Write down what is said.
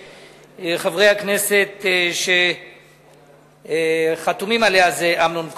וחברי הכנסת שחתומים עליו הם אמנון כהן,